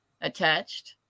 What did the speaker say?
attached